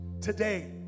today